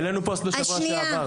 העלינו פוסט בשבוע שעבר.